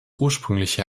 ursprüngliche